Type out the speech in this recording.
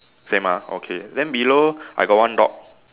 same ah okay then below I got one dog